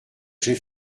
j’ai